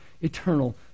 eternal